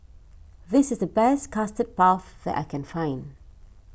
this is the best Custard Puff that I can find